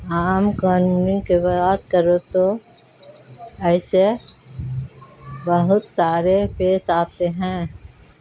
عام قانون کی بات کروں تو ایسے بہت سارے پیش آتے ہیں